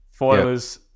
Foilers